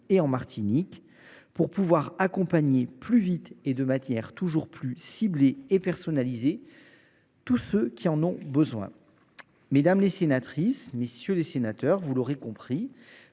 et en Martinique afin d’accompagner plus vite et de manière toujours plus ciblée et personnalisée tous ceux qui en ont besoin. Mesdames les sénatrices, messieurs les sénateurs, vous l’aurez compris,